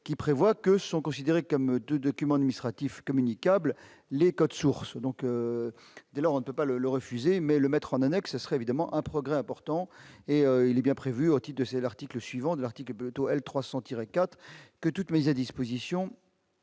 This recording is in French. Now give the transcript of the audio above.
qui prévoit que sont considérés comme de documents administratifs communicables les codes sources donc, dès lors, on ne peut pas le le refuser, mais le mettre en annexe, ce serait évidemment un progrès important et il est bien prévu au type de c'est l'article suivant de l'article plutôt elle 300 tiré 4 que toute mise à disposition,